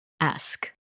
ask